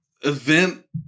event